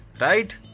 right